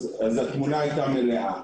התמונה היתה מלאה.